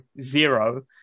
zero